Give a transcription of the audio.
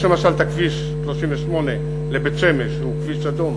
יש למשל כביש 38 לבית-שמש, שהוא כביש אדום,